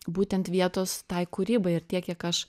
būtent vietos tai kūrybai ir tiek kiek aš